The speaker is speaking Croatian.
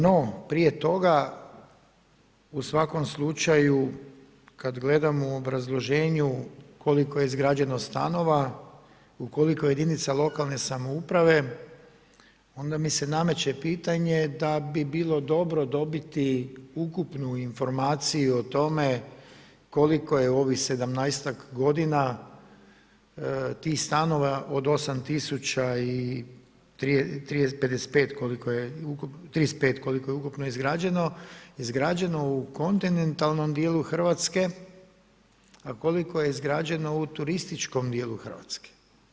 No prije toga, u svakom slučaju, kad gledamo u obrazloženju koliko je izgrađeno stanova, u koliko jedinica lokalne samouprave, onda mi se nameće pitanje da bi bilo dobro dobiti ukupnu informaciju o tome koliko je u ovih 17ak godina tih stanova od 8035 koliko je ukupno izgrađeno u kontinentalnom djelu Hrvatske, a koliko je izgrađeno u turističkom djelu Hrvatske?